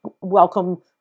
welcome